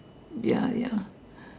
ya ya